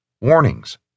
warnings